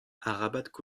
arabat